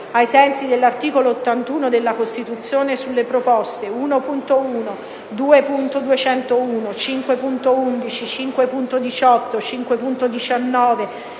ai sensi dell'articolo 81 della Costituzione, sulle proposte 1.1, 2.201, 5.11, 5.18, 5.19,